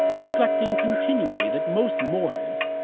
reflecting continually that most mortals,